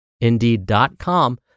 indeed.com